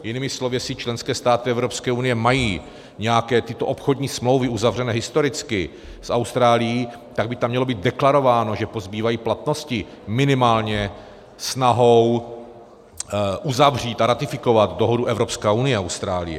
Jinými slovy jestli členské státy Evropské unie mají nějaké tyto obchodní smlouvy uzavřené historicky s Austrálií, tak by tam mělo být deklarováno, že pozbývají platnosti minimálně snahou uzavřít a ratifikovat dohodu Evropské unie a Austrálie.